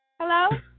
Hello